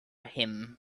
him